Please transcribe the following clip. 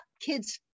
kids